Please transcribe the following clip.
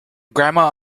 grandma